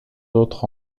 autres